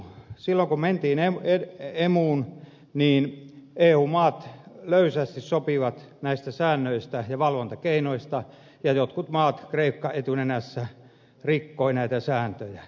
silloin kun mentiin emuun eu maat löysästi sopivat näistä säännöistä ja valvontakeinoista ja jotkut maat kreikka etunenässä rikkoivat näitä sääntöjä